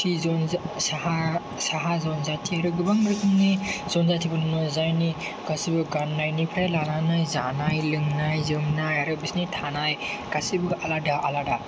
T जन साहा जनजाति आरो गोबां रोखोमनि जनजातिखौ नुनो मोनो जायनि गासैबो गाननायनिफ्राय लानानै जानाय लोंनाय जोमनाय आरो बिसोरनि थानाय गासैबो आलादा आलादा